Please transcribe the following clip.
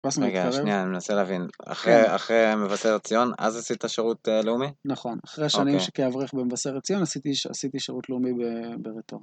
רגע, שנייה, אני מנסה להבין, אחרי אחרי מבשרת ציון, אז עשית שירות לאומי? נכון, אחרי השנים כאברך במבשרת ציון, עשיתי עשיתי שירות לאומי בבית...